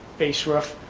base roof.